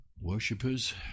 worshippers